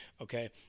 okay